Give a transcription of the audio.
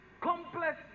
complex